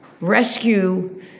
rescue